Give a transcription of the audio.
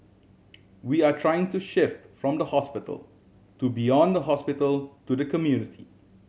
we are trying to shift from the hospital to beyond the hospital to the community